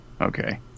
okay